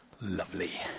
Lovely